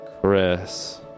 Chris